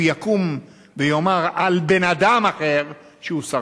יקום ויאמר על בן-אדם אחר שהוא סרטן.